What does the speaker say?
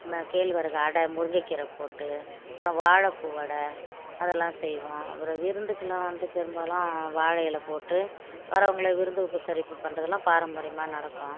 ம கேழ்வரகு அடை முருங்கக்கீரை போட்டு அப்புறம் வாழைப்பூ வடை அதெல்லாம் செய்வோம் அப்புறம் விருந்துக்கெலாம் வந்து பெரும்பாலும் வாழை இல போட்டு வரவங்கள விருந்து உபசரிப்பு பண்ணுறதுலாம் பாரம்பரியமாக நடக்கும்